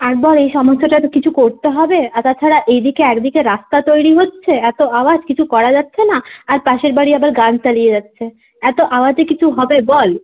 একবার এই সমস্যাটার তো কিছু করতে হবে আর তাছাড়া এদিকে একদিকে রাস্তা তৈরি হচ্ছে এত আওয়াজ কিছু করা যাচ্ছে না আর পাশের বাড়ি আবার গান চালিয়ে যাচ্ছে এত আওয়াজে কিছু হবে বল